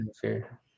fear